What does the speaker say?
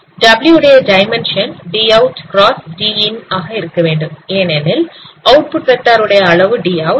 W உடைய dimension DoutXDin ஆக இருக்க வேண்டும் ஏனெனில் அவுட்புட் வெக்டார் உடைய அளவு Dout